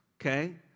okay